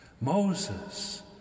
Moses